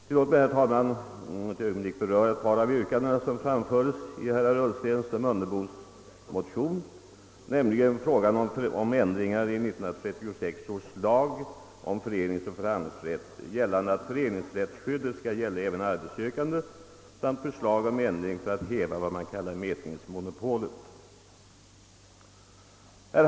Tillåt mig, herr talman, att ett ögonblick beröra ett par av de yrkanden som framförts i herrar Ullstens och Mundebos motion, nämligen i fråga om ändringar i 1936 års lag om föreningsoch förhandlingsrätt syftande till dels att föreningsrättsskyddet skall gälla även för arbetssökande, dels att vad man kallar mätningsmonopolet skall hävas.